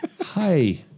hi